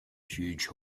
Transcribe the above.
huge